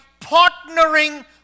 partnering